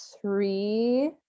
three